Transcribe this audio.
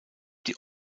die